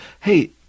hey